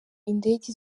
indege